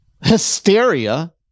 hysteria